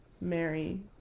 Mary